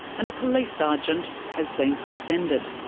and a police sergeant has been suspended.